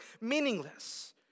meaningless